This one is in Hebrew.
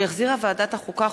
שהחזירה ועדת החוקה,